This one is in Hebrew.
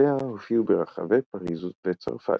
שתחנותיה הופיעו ברחבי פריז וצרפת.